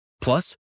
Plus